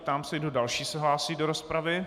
Ptám se, kdo další se hlásí do rozpravy.